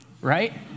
right